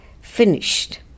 finished